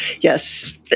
Yes